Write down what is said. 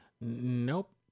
Nope